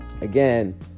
again